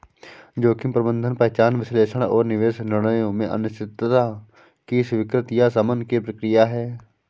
जोखिम प्रबंधन पहचान विश्लेषण और निवेश निर्णयों में अनिश्चितता की स्वीकृति या शमन की प्रक्रिया है